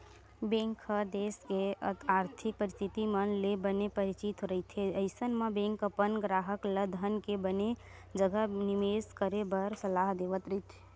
bank ह देस के आरथिक परिस्थिति मन ले बने परिचित रहिथे अइसन म बेंक अपन गराहक ल धन के बने जघा निबेस करे बर सलाह देवत रहिथे